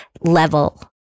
level